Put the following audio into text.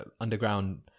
underground